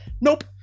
Nope